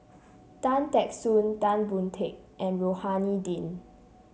Tan Teck Soon Tan Boon Teik and Rohani Din